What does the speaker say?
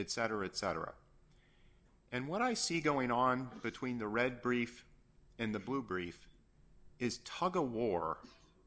it cetera et cetera and what i see going on between the red brief and the blue brief is tug a war